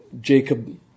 Jacob